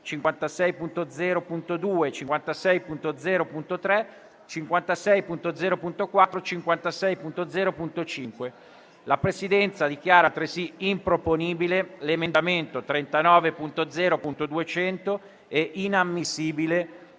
56.0.2, 56.0.3, 56.0.4 e 56.0.5. La Presidenza dichiara altresì improponibile l'emendamento 39.0.200 e inammissibile